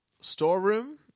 storeroom